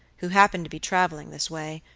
who happened to be traveling this way,